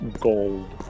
gold